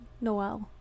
Noel